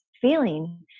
feeling